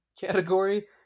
category